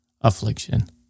affliction